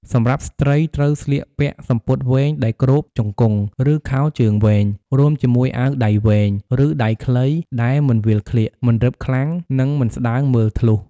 សម្រាប់ស្ត្រី ត្រូវស្លៀកពាក់សំពត់វែងដែលគ្របជង្គង់ ឬខោជើងវែង រួមជាមួយអាវដៃវែង ឬដៃខ្លីដែលមិនវាលក្លៀក មិនរឹបខ្លាំង និងមិនស្តើងមើលធ្លុះ។